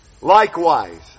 Likewise